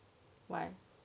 like what